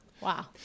Wow